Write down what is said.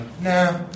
nah